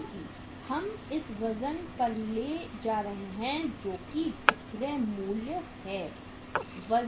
क्योंकि हम उस वज़न पर ले जा रहे हैं जो विक्रय मूल्य है